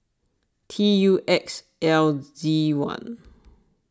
T U X L Z one